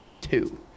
two